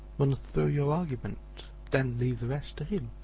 runs through your argument. then leave the rest to him,